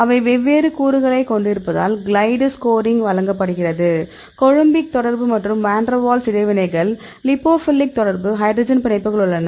அவை வெவ்வேறு கூறுகளைக் கொண்டிருப்பதால் கிளைடு ஸ்கோரிங் வழங்கப்படுகிறது கொலம்பிக் தொடர்பு மற்றும் வான் டெர் வால்ஸ் இடைவினைகள் லிபோபிலிக் தொடர்பு ஹைட்ரஜன் பிணைப்புகள் உள்ளன